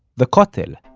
the kotel